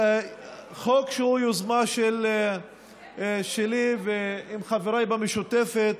החוק הוא יוזמה שלי ועם חבריי במשותפת.